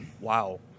wow